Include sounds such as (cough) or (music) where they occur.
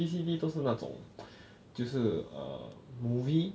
V_C_D 都是那种 (breath) 就是 err movie